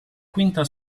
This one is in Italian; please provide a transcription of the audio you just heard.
quinta